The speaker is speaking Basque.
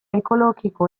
ekologiko